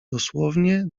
dosłownie